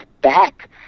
back